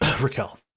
Raquel